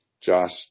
Josh